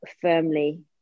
firmly